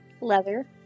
Leather